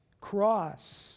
cross